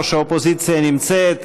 ראש האופוזיציה נמצאת,